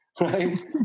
right